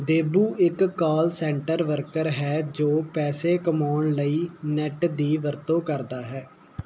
ਦੇਬੂ ਇੱਕ call centre worker ਹੈ ਜੋ ਪੈਸੇ ਕਮਾਉਣ ਲਈ ਨੈੱਟ ਦੀ ਵਰਤੋਂ ਕਰਦਾ ਹੈ